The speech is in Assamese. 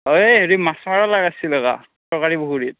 অঁ এই হেৰি মাছ মাৰিব লাগাছিল আকা চৰকাৰী পুখুৰীত